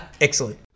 Excellent